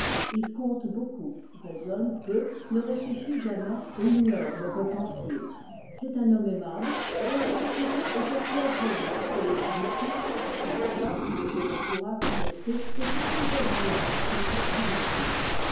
il conte beaucoup raisonne peu ne réfléchit jamais et ignore le repentir c'est un homme aimable dont la société est aussi agréable qu'elle est inutile s'il est vrai ce que l'on pourra contester que ce qui est agréable puisse être inutile